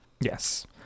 Yes